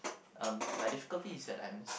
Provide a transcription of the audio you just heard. um my difficulty is that I